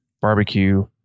barbecue